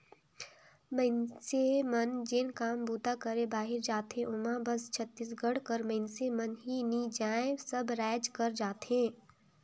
मइनसे मन जेन काम बूता करे बाहिरे जाथें ओम्हां बस छत्तीसगढ़ कर मइनसे मन ही नी जाएं सब राएज कर मन जाथें